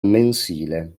mensile